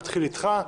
נתחיל איתך,